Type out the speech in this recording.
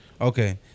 Okay